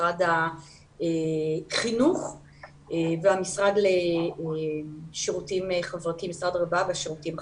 משרד החינוך והמשרד הרווחה והשירותים החברתיים.